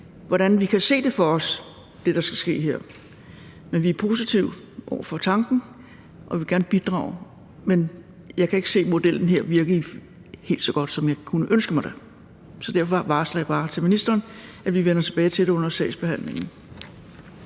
hvordan man kan se det for sig, altså det, der skal ske her. Vi er positive over for tanken og vil gerne bidrage. Men jeg kan ikke se modellen her virke helt så godt, som jeg kunne ønske mig det. Så derfor varsler jeg bare til ministeren, at vi vender tilbage til det under sagsbehandlingen.